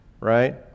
right